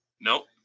Nope